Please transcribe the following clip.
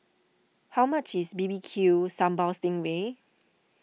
how much is B B Q Sambal Sting Ray